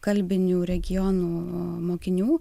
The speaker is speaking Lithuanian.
kalbinių regionų mokinių